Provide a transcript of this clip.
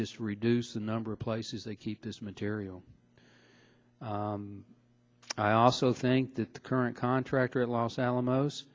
just reduce the number of places they keep this material i also think that the current contractor at los alamos